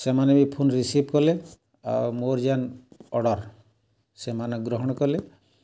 ସେମାନେ ବି phone receive କଲେ ଆଉ ମୋର ଯେନ୍ ଅର୍ଡ଼ର୍ ସେମାନେ ଗ୍ରହଣ୍ କଲେ